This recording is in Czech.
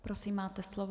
Prosím, máte slovo.